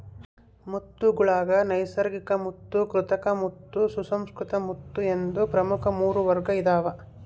ಮುತ್ತುಗುಳಾಗ ನೈಸರ್ಗಿಕಮುತ್ತು ಕೃತಕಮುತ್ತು ಸುಸಂಸ್ಕೃತ ಮುತ್ತು ಎಂದು ಪ್ರಮುಖ ಮೂರು ವರ್ಗ ಇದಾವ